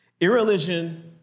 Irreligion